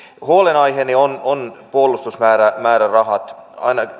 huolenaiheeni on on puolustusmäärärahat